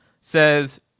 says